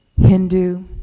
Hindu